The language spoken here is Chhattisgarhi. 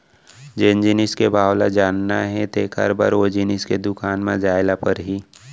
जेन जिनिस के भाव ल जानना हे तेकर बर ओ जिनिस के दुकान म जाय ल परही